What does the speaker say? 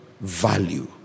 value